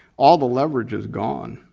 all the leverage is gone.